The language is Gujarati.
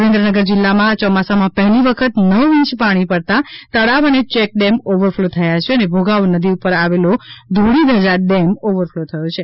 સુરેન્દ્રનગર જિલ્લામાં આ ચોમાસામાં પહેલી વખત નવ ઇંચ પાણી પડતાં તળાવ અને ચેક ડેમ ઓવરફ્લો થયા છે અને ભોગાવો નદી ઉપર આવેલો ધોળીધજા ડેમ ઓવર ફ્લો થયો છે